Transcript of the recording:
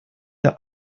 der